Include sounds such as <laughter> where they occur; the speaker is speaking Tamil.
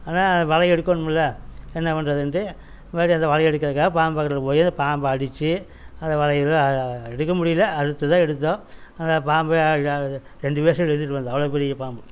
ஆனால் வலை எடுக்கோணும்ல என்ன பண்றதுன்ட்டு மறுபடி அந்த வலை எடுக்கிறதுக்காக பாம் பக்கத்தில் போய் அந்த பாம்பை அடிச்சு அந்த வலையெல்லாம் எடுக்க முடியலை அறுத்து தான் எடுத்தோம் அந்த பாம்பு <unintelligible> ரெண்டு பேர் சேர்ந்து எடுத்துட்டு வந்தோம் அவ்வளோ பெரிய பாம்பு